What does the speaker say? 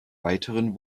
weiteren